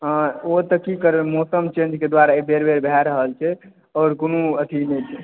हॅं ओ तऽ की करबै मौसम चेंज के द्वारे बार बार भय रहल छै और कोनो अथी नहि छै